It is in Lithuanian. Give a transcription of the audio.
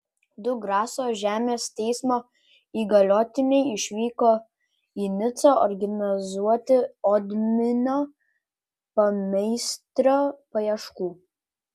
du graso žemės teismo įgaliotiniai išvyko į nicą organizuoti odminio pameistrio paieškų